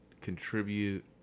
contribute